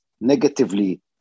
negatively